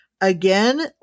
again